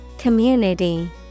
Community